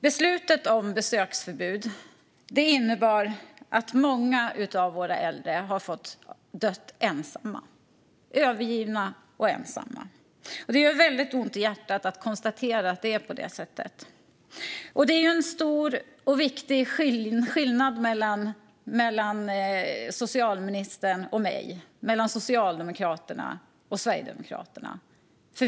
Beslutet om besöksförbud innebar att många av våra äldre fick dö ensamma. De var övergivna och ensamma. Det gör väldigt ont i hjärtat att konstatera att det är på det sättet. Det finns en stor och viktig skillnad mellan socialministern och mig och mellan Socialdemokraterna och Sverigedemokraterna.